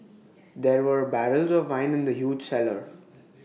there were barrels of wine in the huge cellar